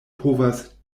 povas